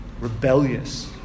rebellious